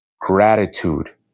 Gratitude